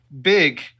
Big